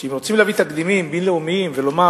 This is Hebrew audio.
אם רוצים להביא תקדימים בין-לאומיים ולומר